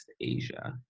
Asia